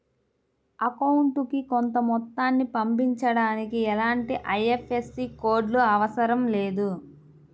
అకౌంటుకి కొంత మొత్తాన్ని పంపించడానికి ఎలాంటి ఐఎఫ్ఎస్సి కోడ్ లు అవసరం లేదు